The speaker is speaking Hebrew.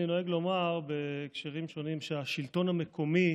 אני נוהג לומר בהקשרים שונים שהשלטון המקומי